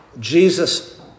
Jesus